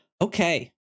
Okay